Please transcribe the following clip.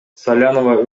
салянова